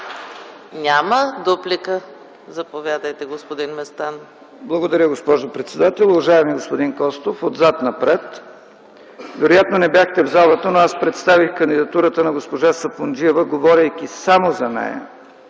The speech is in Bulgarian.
Няма. Дуплика – заповядайте, господин Местан. ЛЮТВИ МЕСТАН (ДПС): Благодаря, госпожо председател. Уважаеми господин Костов, отзад-напред: вероятно не бяхте в залата, но аз представих кандидатурата на госпожа Сапунджиева, говорейки само за нея